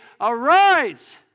Arise